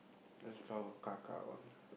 there's a flower